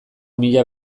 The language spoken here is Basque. mila